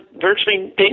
virtually